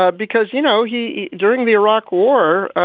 ah because, you know, he during the iraq war,